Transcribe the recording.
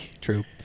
True